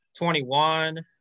21